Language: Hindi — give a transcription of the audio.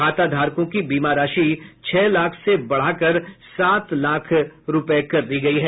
खाताधारकों की बीमा राशि छह लाख से बढ़कर सात लाख कर दी गयी है